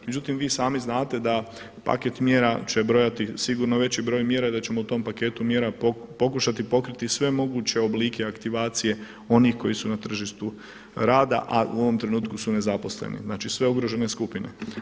Međutim vi sami znate da paket mjera će brojati sigurno veći broj mjera i da ćemo u tom paketu mjera pokušati pokriti sve moguće oblike aktivacije onih koji su na tržištu rada, a u ovom trenutku su nezaposleni, znači sve ugrožene skupine.